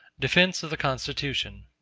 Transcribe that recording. defense of the constitution.